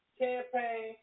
campaign